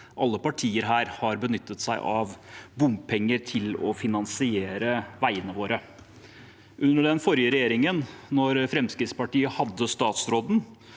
alle partier her har benyttet seg av bompenger for å finansiere veiene våre. Under den forrige regjeringen, da Fremskrittspartiet hadde statsråden,